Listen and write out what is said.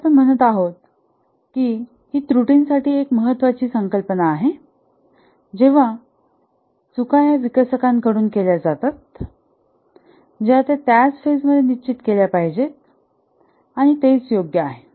जसे आपण म्हणत आहोत की ही त्रुटींसाठी एक महत्वाची संकल्पना आहे जेव्हा चुका ह्या विकसकांकडून केल्या जातात ज्या त्या त्याच फेज मध्ये निश्चित केल्या पाहिजेत तेच योग्य आहे